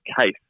case